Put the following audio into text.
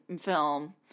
film